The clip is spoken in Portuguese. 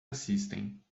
assistem